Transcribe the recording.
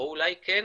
או אולי כן,